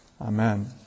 Amen